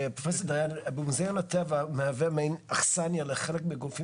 מוזיאון הטבע מהווה אכסניה לחלק מהגופים